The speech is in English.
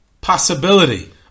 possibility